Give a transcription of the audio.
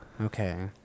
Okay